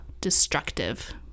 destructive